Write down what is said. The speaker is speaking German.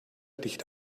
dicht